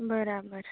બરાબર